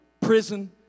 prison